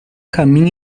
caminha